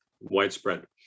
widespread